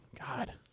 God